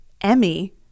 Emmy